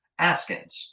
askins